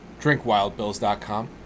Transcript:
drinkwildbills.com